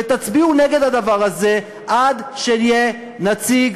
ותצביעו נגד הדבר הזה עד שיהיה נציג